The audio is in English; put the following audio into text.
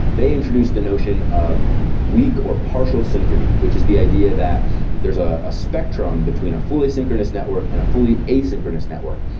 they introduced the notion of weak or partial synchrony, which is the idea that there is ah a spectrum between a fully synchronous network and a fully asynchronous network.